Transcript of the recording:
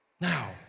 Now